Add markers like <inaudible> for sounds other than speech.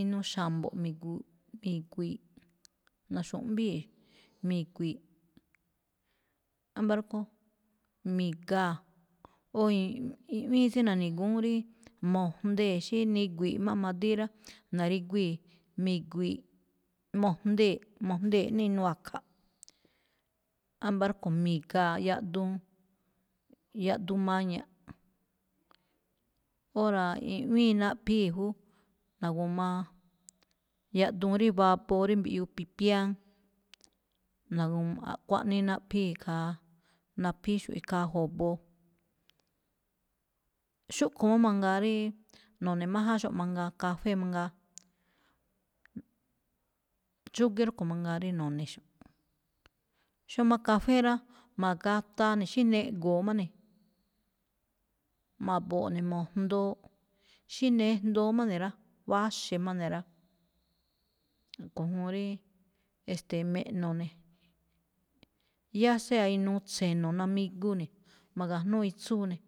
Inuu xa̱mbo̱ꞌ mi̱gu̱ꞌ-mi̱gui̱i̱ꞌ, na̱xu̱mbíiꞌ, mi̱gui̱i̱ꞌ. Ámba̱ rúꞌkho̱ mi̱gaa̱, o i̱ꞌwíin tsí nani̱gu̱ún rí mo̱jndee̱ xí nigui̱i̱ꞌ má madíí rá, na̱riguii̱ mi̱gui̱i̱ꞌ, mo̱jndee̱ꞌ, mo̱jndee̱ꞌ ná inuu akha̱. Ámba̱ rúꞌkho̱ mi̱gaa̱ yaꞌduun, yaꞌduun maña̱ꞌ. Óra̱, i̱ꞌwíin naꞌphíi̱ jú, na̱gu̱maa yaꞌduun rí vaboo rí mbiꞌyuu pipián, na̱gu̱ma- kuaꞌnii naꞌphíi̱ khaa, naphííxo̱ꞌ ikhaa jo̱bo. Xúꞌkho̱ má mangaa ríí, no̱ne̱májánxo̱ꞌ mangaa kafé mangaa. <hesitation> xúgíí rúꞌkho̱ mangaa rí no̱ne̱xo̱. Xómá kafé rá, ma̱gataa ne̱ xí neꞌgo̱o̱ má ne̱. <noise> ma̱bo̱o̱ꞌ ne̱ mo̱jndooꞌ. <noise> xí nejndoo má ne̱ rá, wáxe̱ má ne̱ rá, <noise> a̱ꞌkho̱ juun ríí, e̱ste̱e̱, me̱ꞌno̱ ne̱, ya sea inuu tse̱no̱ namigu ne̱, ma̱ga̱jnúu itsúu ne̱.